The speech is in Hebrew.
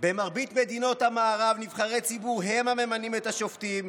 במרבית מדינות המערב נבחרי ציבור הם הממנים את השופטים.